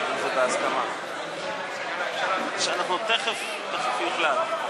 אנחנו מקבלים 67 קולות בעד,